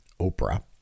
Oprah